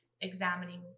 examining